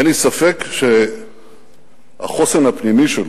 אין לי ספק שהחוסן הפנימי שלו,